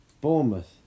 Bournemouth